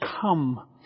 come